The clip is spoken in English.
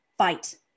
Fight